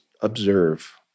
observe